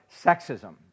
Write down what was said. sexism